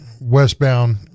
westbound